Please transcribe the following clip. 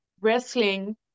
wrestling